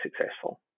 successful